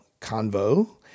Convo